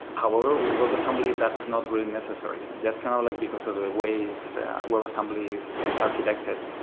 however with webassembly, that's not really necessary. that's kind of like because of the ways webassembly is is architected.